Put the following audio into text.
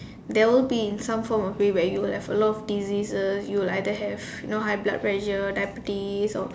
there will be in some form of way where you will have a lot of diseases you will either have high blood pressure diabetes or